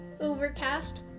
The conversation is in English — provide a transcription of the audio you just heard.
Overcast